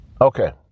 Okay